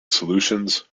solutions